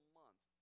month